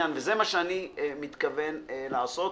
שאני מתכוון לעשות.